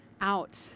out